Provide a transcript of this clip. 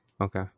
Okay